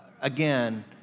again